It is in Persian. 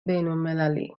بینالمللی